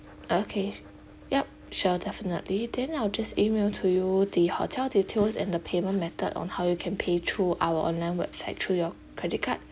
okay yup sure definitely then I'll just email to you the hotel details and the payment method on how you can pay through our online website through your credit card